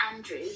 Andrew